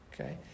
Okay